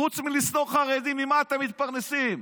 חוץ מלשנוא חרדים, ממה אתם מתפרנסים?